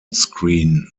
screen